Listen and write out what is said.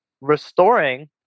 restoring